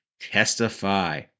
testify